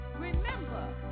Remember